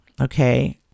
Okay